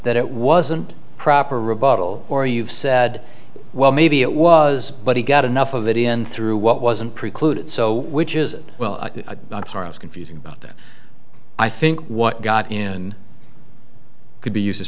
that it wasn't proper rebuttal or you've said well maybe it was but he got enough of it in through what wasn't precluded so which is well i'm sorry as confusing about that i think what got in could be used as